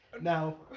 now